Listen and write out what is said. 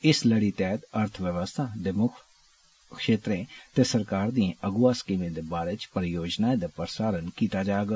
इस लड़ी तैहत अर्थ व्यवस्था दे मुक्ख क्षेत्रे ते सरकार दियें अगुआ स्कीमें दे बारे च परिचर्चाए दा प्रसारण कीता जाग